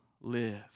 live